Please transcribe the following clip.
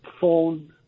phone